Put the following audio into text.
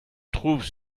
trouve